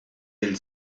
del